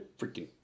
freaking